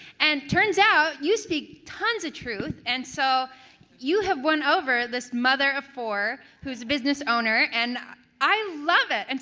and turns out you speak tons of truth and so you have won over this mother of four who's a business owner, and i love it, and